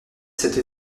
cette